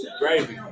gravy